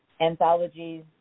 anthologies